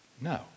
No